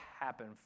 happen